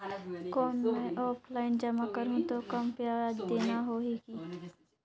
कौन मैं ऑफलाइन जमा करहूं तो कम ब्याज देना होही की?